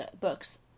books